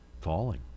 falling